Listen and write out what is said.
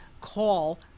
Call